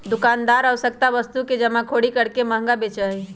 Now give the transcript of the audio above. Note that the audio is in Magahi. दुकानदार आवश्यक वस्तु के जमाखोरी करके महंगा बेचा हई